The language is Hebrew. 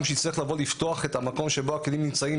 שיצטרך לבוא לפתוח את המקום שבו הכלים נמצאים,